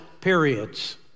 periods